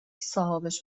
صاحابش